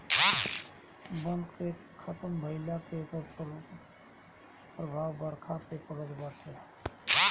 वन के खतम भइला से एकर प्रभाव बरखा पे भी पड़त बाटे